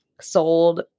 sold